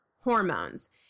hormones